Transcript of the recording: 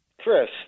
Chris